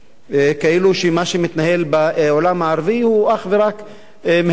כאילו שמה שמתנהל בעולם הערבי הוא רק בהיבט של